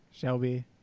Shelby